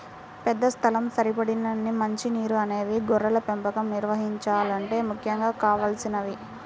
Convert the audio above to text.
పెద్ద స్థలం, సరిపడినన్ని మంచి నీరు అనేవి గొర్రెల పెంపకం నిర్వహించాలంటే ముఖ్యంగా కావలసినవి